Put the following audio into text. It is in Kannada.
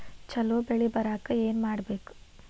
ಛಲೋ ಬೆಳಿ ಬರಾಕ ಏನ್ ಮಾಡ್ಬೇಕ್?